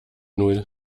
null